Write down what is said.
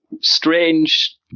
strange